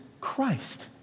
Christ